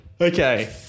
Okay